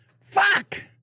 Fuck